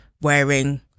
wearing